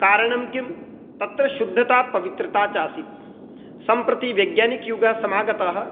कारणं किं तत्र शुद्धता पवित्रता च आसीत् सम्प्रति वैज्ञानिकयुगः समागतः